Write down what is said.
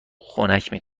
خنک